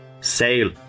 sail